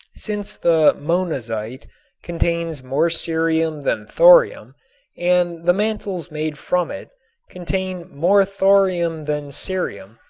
since the monazite contains more cerium than thorium and the mantles made from it contain more thorium than cerium,